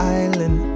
island